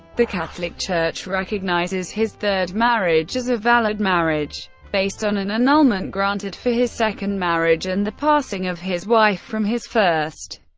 the catholic church recognizes his third marriage as a valid marriage, based on an annulment granted for his second marriage and the passing of his wife from his first.